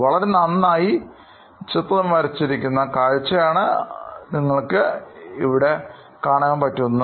വളരെ നന്നായി ചിത്രം വരച്ചു വച്ചിരിക്കുന്നു